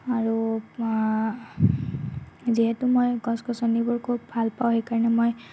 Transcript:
আৰু যিহেতু মই গছ গছনিবোৰ খুব ভালপাওঁ সেইকাৰণে মই